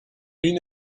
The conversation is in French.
une